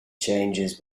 changes